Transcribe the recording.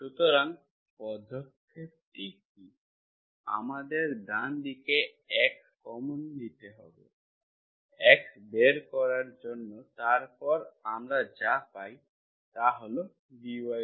সুতরাং পদক্ষেপটি কী আমাদের ডান দিকে X কমন নিতে হবে X বের করার জন্যতারপর আমরা যা পাই তা হল dydx12XYX2121YX2